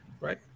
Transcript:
right